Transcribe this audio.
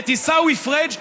את עיסאווי פריג'?